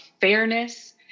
fairness